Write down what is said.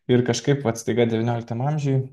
ir kažkaip vat staiga devynioliktam amžiuj